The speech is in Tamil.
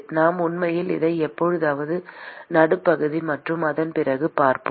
நாம் உண்மையில் அதை எப்போதாவது நடுப்பகுதி மற்றும் அதன் பிறகு பார்ப்போம்